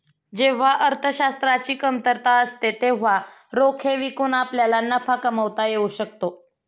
जेव्हा अर्थशास्त्राची कमतरता असते तेव्हा रोखे विकून आपल्याला नफा कमावता येऊ शकतो